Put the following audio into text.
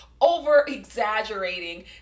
over-exaggerating